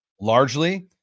largely